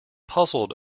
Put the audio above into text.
puzzled